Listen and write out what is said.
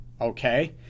okay